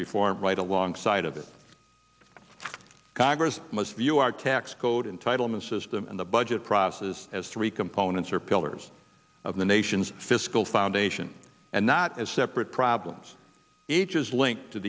reform right alongside of it congress must view our tax code in title and system in the budget process as three components are pillars of the nation's fiscal foundation and not as separate problems each is linked to